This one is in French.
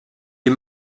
les